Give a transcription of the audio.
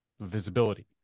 visibility